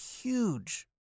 huge